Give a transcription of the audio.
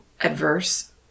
adverse